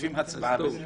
חוטפים הצבעה וזהו...